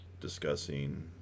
discussing